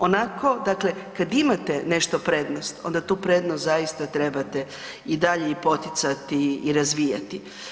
Onako dakle kad imate nešto prednost, onda tu prednost zaista trebate i dalje i poticati i razvijati.